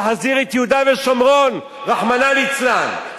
להחזיר את יהודה ושומרון, רחמנא ליצלן.